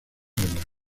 premios